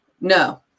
no